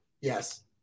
yes